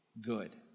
good